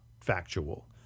factual